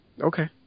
Okay